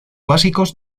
básicos